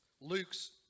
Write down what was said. Luke's